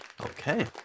Okay